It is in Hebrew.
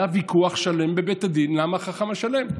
היה ויכוח שלם בבית הדין: למה "החכם השלם"?